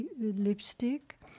lipstick